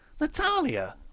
Natalia